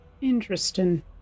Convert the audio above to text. Interesting